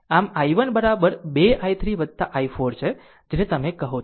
આમ i1 બરાબર 2 i3 i4 છે જેને તમે કહો છો